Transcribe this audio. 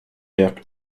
ert